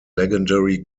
legendary